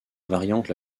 variante